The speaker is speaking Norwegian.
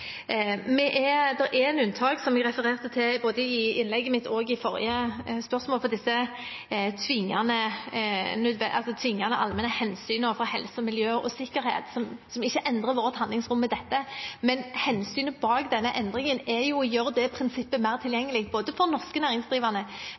er et unntak, som jeg refererte til både i innlegget mitt og i forrige spørsmål, for disse tvingende allmenne hensynene til helse, miljø og sikkerhet, som ikke endrer vårt handlingsrom med dette. Hensynet bak denne endringen er jo å gjøre det prinsippet mer